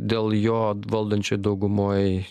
dėl jo valdančioj daugumoj